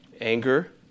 Anger